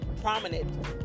prominent